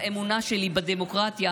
באמונה שלי בדמוקרטיה,